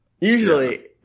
Usually